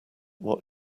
what